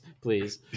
please